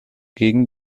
gegen